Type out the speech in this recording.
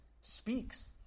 speaks